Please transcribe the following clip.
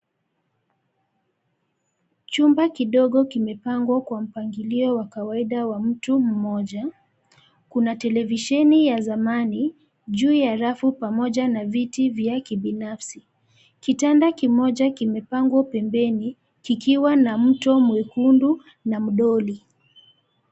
Chumba kidogo kimepangwa kwa mpangilio wa kawaida wa mtu mmoja, kuna televisheni ya zamani, juu ya rafu pamoja na viti vya kibinafsi, kitanda kimoja kimepangwa pembeni, kikiwa na mto mwekundu, na mdoli.